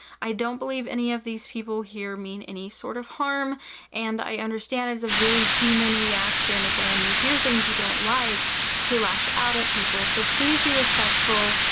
i don't believe any of these people here mean any sort of harm and i understand it's a very human reaction when you hear things you don't like to lash out at people. so, please be respectful.